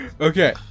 Okay